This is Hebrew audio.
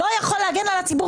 זה לא שייך לעניין.